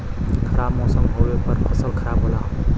खराब मौसम होवे पर फसल खराब होला